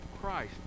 Christ